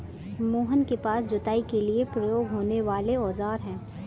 मोहन के पास जुताई के लिए प्रयोग होने वाले औज़ार है